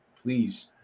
please